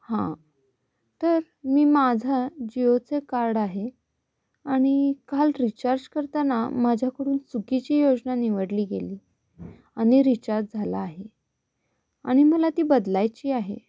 हां तर मी माझा जिओचे कार्ड आहे आणि काल रिचार्ज करताना माझ्याकडून चुकीची योजना निवडली गेली आणि रिचार्ज झाला आहे आणि मला ती बदलायची आहे